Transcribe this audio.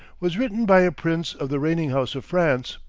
was written by a prince of the reigning house of france.